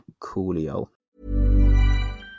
Coolio